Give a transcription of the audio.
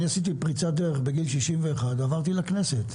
אני עשיתי פריצת דרך בגיל 61 ועברתי לכנסת.